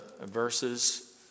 verses